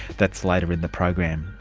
that's later in the program.